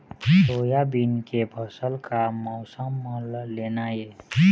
Soybean के फसल का मौसम म लेना ये?